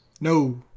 No